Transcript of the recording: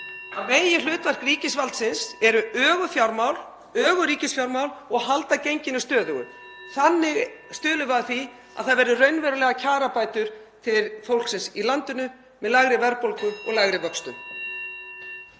Meginhlutverk ríkisvaldsins er öguð fjármál, öguð ríkisfjármál og að halda genginu stöðugu. (Forseti hringir.) Þannig stuðlum við að því að það verði raunverulegar kjarabætur til fólksins í landinu með lægri verðbólgu og lægri vöxtum.